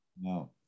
no